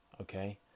okay